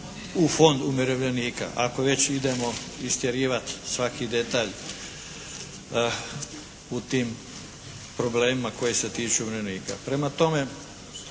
u Fond umirovljenika, ako već idemo istjerivati svaki detalj u tim problemima koji se tiču umirovljenika.